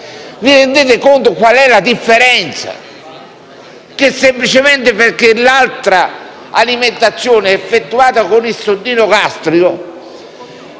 vi rendete conto di quale sia la differenza? Semplicemente perché l'altra alimentazione è effettuata con il sondino gastrico